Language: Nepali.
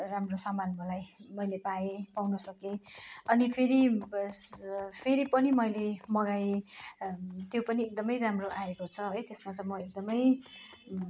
राम्रो सामान मलाई मैले पाएँ पाउनसकेँ अनि फेरि फेरि पनि मैले मगाएँ त्यो पनि एकदमै राम्रो आएको छ है त्यसमा चाहिँ म एकदमै